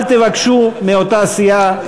אל תבקשו שניים מאותה סיעה,